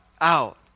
out